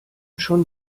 schon